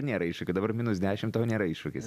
nėra iššūkių kad dabar minus dešim tau nėra iššūkis